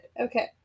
Okay